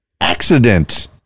accident